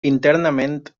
internament